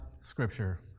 scripture